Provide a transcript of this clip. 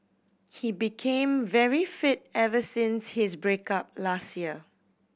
he became very fit ever since his break up last year